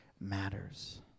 matters